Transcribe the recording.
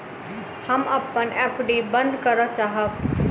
हम अपन एफ.डी बंद करय चाहब